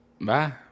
Bye